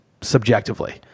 subjectively